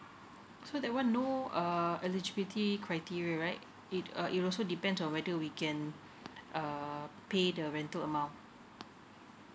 so that one no err eligibility criteria right it uh it also depends on whether we can uh pay the rental amount